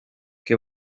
qué